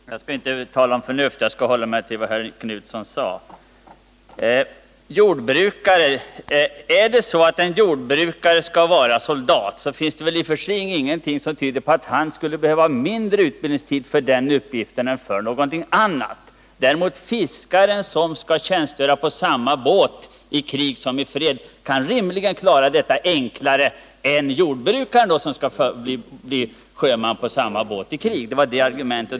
Herr talman! Jag skall inte tala om förnuft, utan jag skall hålla mig till vad Göthe Knutson sade. Ärdet så att en jordbrukare skall vara soldat, så finns det välingenting som tyder på att han skulle behöva kortare utbildningstid för den uppgiften än vad andra behöver. Fiskaren däremot, som skall tjänstgöra på samma båt i krig som i fred, kan rimligen klara det enklare än jordbrukaren som skall bli sjöman på samma båt i krig — det var det argumentet.